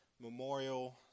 Memorial